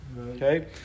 okay